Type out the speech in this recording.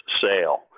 Sale